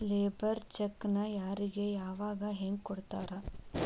Labour ಚೆಕ್ಕ್ನ್ ಯಾರಿಗೆ ಯಾವಗ ಹೆಂಗ್ ಕೊಡ್ತಾರ?